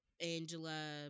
Angela